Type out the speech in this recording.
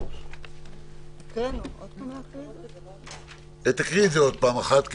פעם אחת.